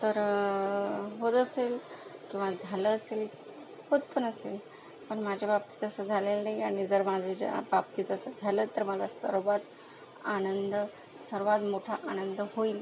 तर होत असेल किंवा झालं असेल होत पण असेल पण माझ्या बाबतीत असं झालेलं नाहीये आणि जर माझ्या बाबतीत असं झालं तर मला सर्वात आनंद सर्वात मोठा आनंद होईल